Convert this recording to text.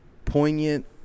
Poignant